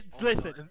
listen